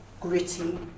gritty